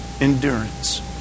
endurance